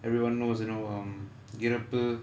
everyone knows you know um இறப்பு:irappu